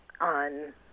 on